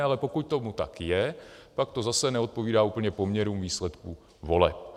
Ale pokud tomu tak je, pak to zase neodpovídá úplně poměrům výsledku voleb.